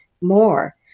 more